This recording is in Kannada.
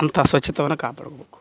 ಅಂಥ ಸ್ವಚ್ಛಿತವನ್ನು ಕಾಪಾಡ್ಬೇಕು